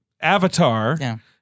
avatar